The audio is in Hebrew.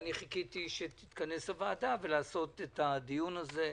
אני חיכיתי שתתכנס הוועדה כדי לקיים את הדיון הזה.